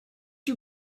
you